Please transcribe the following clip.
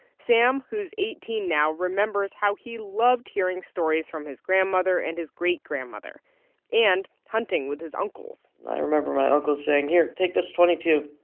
sam, who's eighteen now, remembers how he loved hearing stories from his grandmother and his great-grandmother and hunting with his uncles i remember my uncles saying, here, take this point two